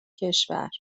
کشور